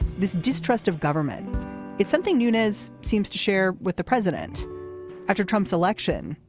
this distrust of government is something nunez seems to share with the president after trump's election.